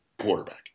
quarterback